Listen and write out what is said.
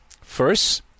First